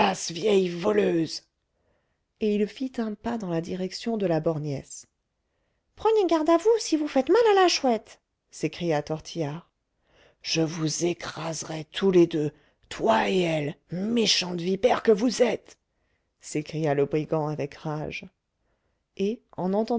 vieille voleuse et il fit un pas dans la direction de la borgnesse prenez garde à vous si vous faites mal à la chouette s'écria tortillard je vous écraserai tous les deux toi et elle méchantes vipères que vous êtes s'écria le brigand avec rage et en